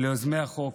ליוזמי החוק